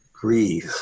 breathe